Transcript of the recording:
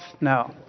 No